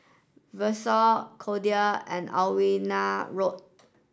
Vashon Cordella and Alwina Road